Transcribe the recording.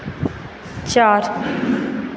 चार